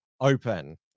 open